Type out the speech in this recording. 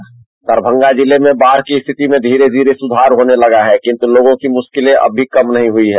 sound bite Darbhanga जिले मे बाढ़ की स्थिति मे धीरे धीरे सुधार होने लगा है किंतु लोगों की मुश्किलें अब भी कम नही हुई है